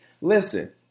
Listen